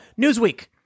Newsweek